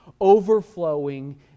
overflowing